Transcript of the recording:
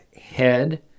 head